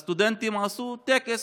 הסטודנטים עשו טקס